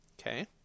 Okay